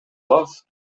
алабыз